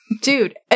Dude